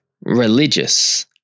religious